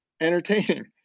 entertaining